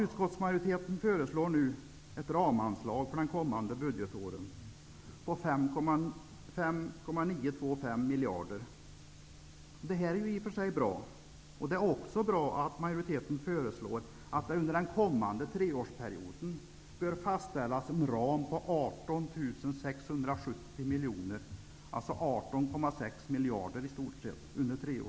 Utskottsmajoriteten föreslår nu ett ramanslag för det kommande budgetåret på 5 925 miljoner. Det är i och för sig bra. Det är också bra att majoriteten föreslår att det under den kommande treårsperioden bör fastställas en ram på 18 670 miljoner kronor. Men sedan då?